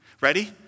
Ready